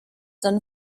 then